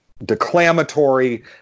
declamatory